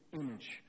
image